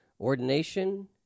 ordination